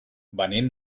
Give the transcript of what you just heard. venim